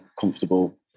comfortable